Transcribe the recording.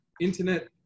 internet